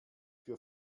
für